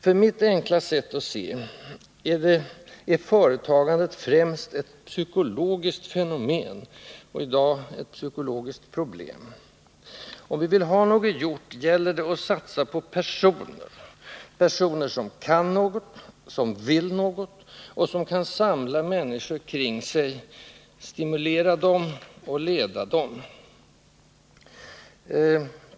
För mitt enkla sätt att se är företagandet främst ett psykologiskt fenomen — och i dag ett psykulogiskt problem. Om vi vill ha något gjort gäller det att satsa på personer — personer som kan något, som vill något och som kan samla människor kring sig, stimulera dem och leda dem.